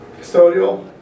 custodial